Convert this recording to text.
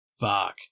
fuck